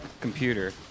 computer